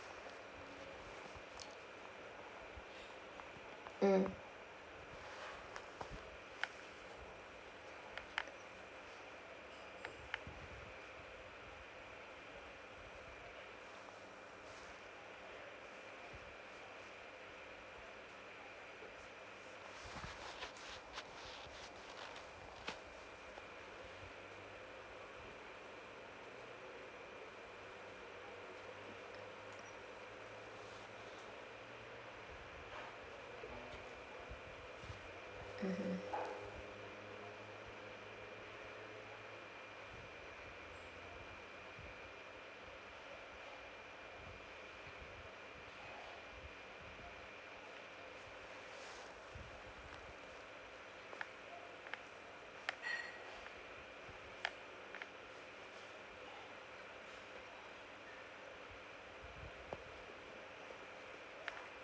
mm mmhmm